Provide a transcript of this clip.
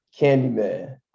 Candyman